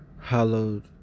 hallowed